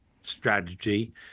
strategy